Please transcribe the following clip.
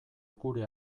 gure